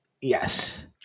Yes